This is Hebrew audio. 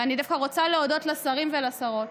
ואני דווקא רוצה להודות לשרים ולשרות,